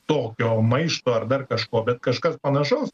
tokio maišto ar dar kažko bet kažkas panašaus